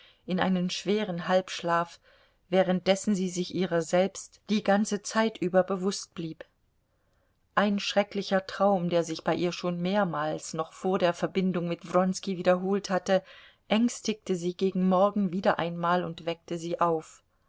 in einen schweren halbschlaf währenddessen sie sich ihrer selbst die ganze zeit über bewußt blieb ein schrecklicher traum der sich bei ihr schon mehrmals noch vor der verbindung mit wronski wiederholt hatte ängstigte sie gegen morgen wieder einmal und weckte sie auf